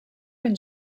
been